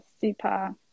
super